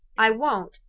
i won't,